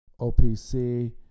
opc